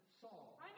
Saul